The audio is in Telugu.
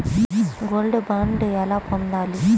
గోల్డ్ బాండ్ ఎలా పొందాలి?